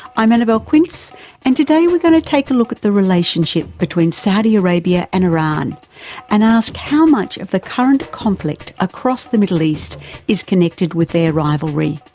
i'm annabelle quince and today we're going to take a look at the relationship between saudi arabia and iran and ask how much of the current conflict across the middle east is connected with their rivalry.